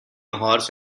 horse